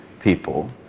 people